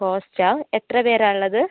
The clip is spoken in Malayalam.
കോസ്റ്റോ എത്ര പേരാണ് ഉള്ളത്